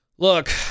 Look